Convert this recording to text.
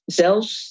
zelfs